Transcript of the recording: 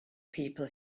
people